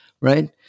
right